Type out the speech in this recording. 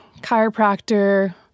chiropractor